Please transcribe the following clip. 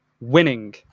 winning